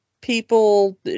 people